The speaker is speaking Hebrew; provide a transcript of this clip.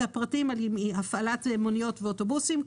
אלה הפרטים על הפעלת מוניות ואוטובוסים.